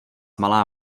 malá